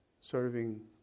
serving